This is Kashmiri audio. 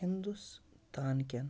ہِندوستانکٮ۪ن